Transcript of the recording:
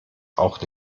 auch